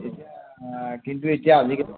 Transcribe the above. কিন্তু এতিয়া আজিকালি